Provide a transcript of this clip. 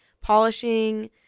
polishing